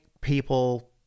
people